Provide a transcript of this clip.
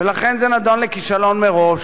ולכן זה נידון לכישלון מראש.